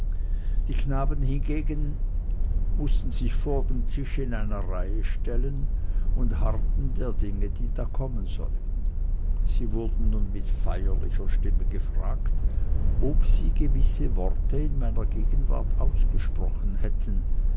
die knaben hingegen mußten sich vor dem tische in eine reihe stellen und harrten der dinge die da kommen sollten sie wurden nun mit feierlicher stimme gefragt ob sie gewisse worte in meiner gegenwart ausgesprochen hätten